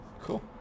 cool